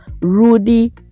Rudy